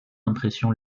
impression